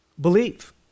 believe